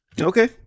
Okay